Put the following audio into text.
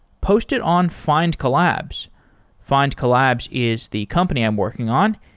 post it on find collabs. find collabs is the company i'm working on.